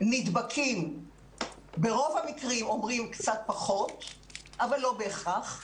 נדבקים ברוב המקרים אומרים קצת פחות אבל לא בהכרח,